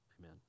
Amen